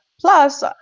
Plus